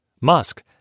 Musk